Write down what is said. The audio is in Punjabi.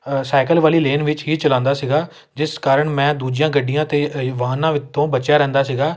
ਸਾਈਕਲ ਵਾਲੀ ਲੇਨ ਵਿੱਚ ਹੀ ਚਲਾਉਂਦਾ ਸੀਗਾ ਜਿਸ ਕਾਰਨ ਮੈਂ ਦੂਜੀਆਂ ਗੱਡੀਆਂ ਅਤੇ ਵਾਹਨਾਂ ਵਿਤੋਂ ਬਚਿਆ ਰਹਿੰਦਾ ਸੀਗਾ